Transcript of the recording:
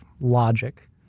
logic